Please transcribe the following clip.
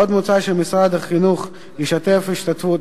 עוד מוצע שמשרד החינוך ישתתף השתתפות